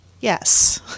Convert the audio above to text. yes